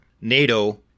NATO